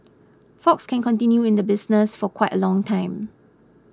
fox can continue in the business for quite a long time